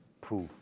proof